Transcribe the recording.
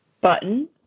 button